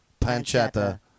pancetta